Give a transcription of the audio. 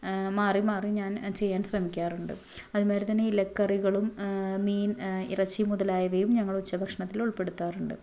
മാറി മാറി ഞാന് ചെയ്യാന് ശ്രമിക്കാറുണ്ട് അത് മാരി തന്നെ ഇലക്കറികളും മീന് ഇറച്ചി മുതലായവയും ഞങ്ങൾ ഉച്ചഭക്ഷണത്തിലുള്പ്പെടുത്താറുണ്ട്